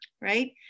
right